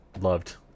loved